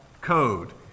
Code